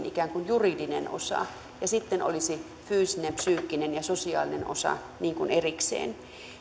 ikään kuin juridinen osa ja sitten olisi fyysinen psyykkinen ja sosiaalinen osa erikseen